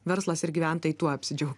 verslas ir gyventojai tuo apsidžiaugs